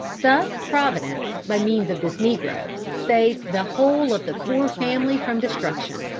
thus providence, by means of this negro, saved the whole of the poor family from destruction.